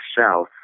south